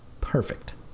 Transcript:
perfect